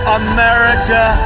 america